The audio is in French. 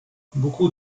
beaucoup